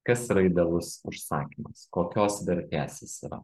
kas yra idealus užsakymas kokios vertės jis yra